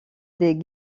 des